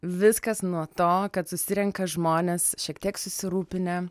viskas nuo to kad susirenka žmonės šiek tiek susirūpinę